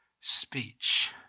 speech